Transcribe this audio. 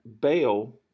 bail